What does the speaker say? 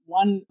one